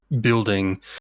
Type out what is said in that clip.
building